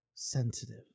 sensitive